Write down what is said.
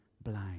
blind